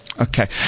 Okay